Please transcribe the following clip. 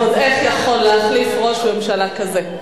ועוד איך יכול להחליף ראש ממשלה כזה,